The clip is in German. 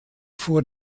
vor